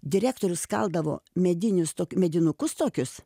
direktorius kaldavo medinius tok medinukus tokius